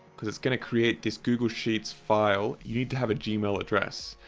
because it's going to create this google sheets file. you need to have a gmail address.